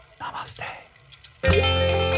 namaste